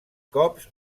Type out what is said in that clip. cops